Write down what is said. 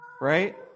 Right